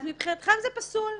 מבחינתכם זה פסול.